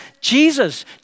Jesus